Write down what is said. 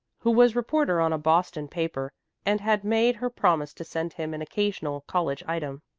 who was reporter on a boston paper and had made her promise to send him an occasional college item.